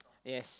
yes